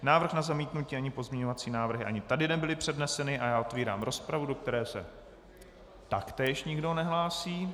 Návrh na zamítnutí ani pozměňovací návrhy ani tady nebyly předneseny a já otvírám rozpravu, do které se taktéž nikdo nehlásí.